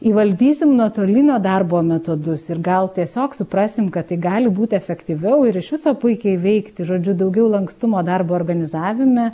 įvaldysim nuotolinio darbo metodus ir gal tiesiog suprasim kad tai gali būt efektyviau ir iš viso puikiai veikti žodžiu daugiau lankstumo darbo organizavime